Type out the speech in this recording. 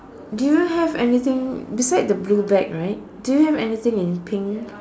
do you have anything beside the blue bag right do you have anything in pink